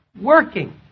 working